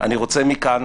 אני רוצה מכאן